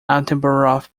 attenborough